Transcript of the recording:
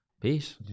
Peace